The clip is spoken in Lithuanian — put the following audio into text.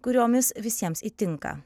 kuriomis visiems įtinka